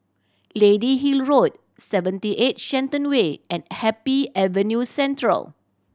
Lady Hill Road Seventy Eight Shenton Way and Happy Avenue Central